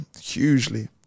hugely